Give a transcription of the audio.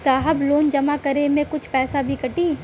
साहब लोन जमा करें में कुछ पैसा भी कटी?